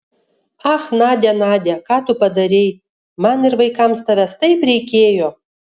ach nadia nadia ką tu padarei man ir vaikams tavęs taip reikėjo